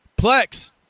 Plex